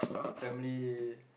family